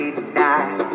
tonight